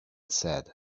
said